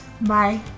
Bye